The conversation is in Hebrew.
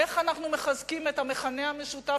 איך אנחנו מחזקים את המכנה המשותף